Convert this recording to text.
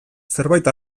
zerbait